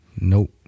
Nope